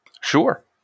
Sure